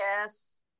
Yes